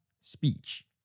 speech